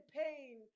pain